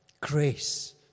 grace